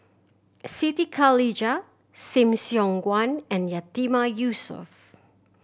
Siti Khalijah Lim Siong Guan and Yatiman Yusof